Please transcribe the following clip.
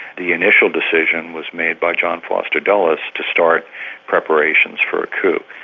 the initial decision was made by john foster dulles to start preparations for a coup.